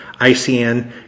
ICN